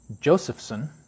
Josephson